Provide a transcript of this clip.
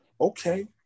Okay